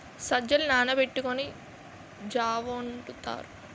సజ్జలు నానబెట్టుకొని జా వొండుతారు